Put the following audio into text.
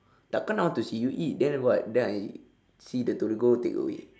takkan I wan to see you eat then what then I see the torigo takeaway